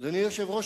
אדוני היושב-ראש,